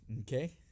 Okay